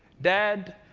dad,